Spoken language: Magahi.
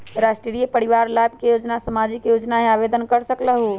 राष्ट्रीय परिवार लाभ योजना सामाजिक योजना है आवेदन कर सकलहु?